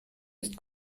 ist